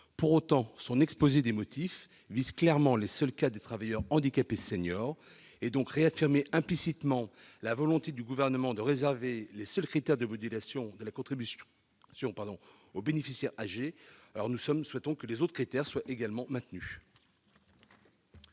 Pour autant, son objet vise clairement le seul cas des travailleurs handicapés seniors. Est donc réaffirmée, implicitement, la volonté du Gouvernement de réserver les seuls critères de modulation de la contribution aux bénéficiaires âgés. Or nous souhaitons que les autres critères actuels soient également maintenus.